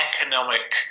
economic